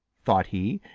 thought he,